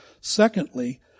Secondly